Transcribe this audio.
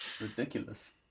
Ridiculous